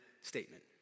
statement